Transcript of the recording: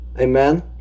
Amen